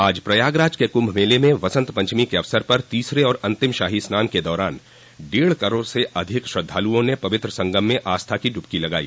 आज प्रयागराज के कुम्भ मेले में वसंत पंचमी के अवसर पर तीसरे और अंतिम शाही स्नान के दौरान पवित्र संगम पर डेढ़ करोड़ से अधिक श्रद्वालुओं ने पवित्र संगम में आस्था की डुबकी लगाई